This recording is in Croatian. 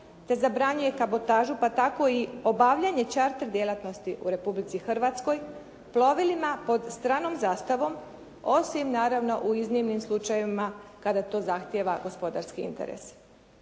te zabranjuje kabotažu pa tako i obavljanje čarter djelatnosti u Republici Hrvatskoj plovilima pod stranom zastavom, osim naravno u iznimnim slučajevima kada to zahtijeva gospodarski interes.